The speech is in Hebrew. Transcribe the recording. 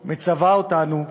אותנו: